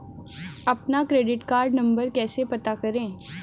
अपना credit card नंबर कैसे पता करें?